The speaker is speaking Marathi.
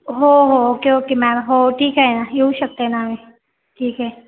हो हो ओके ओके मॅम हो ठीक आहे ना येऊ शकते ना मी ठीक आहे